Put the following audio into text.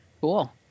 Cool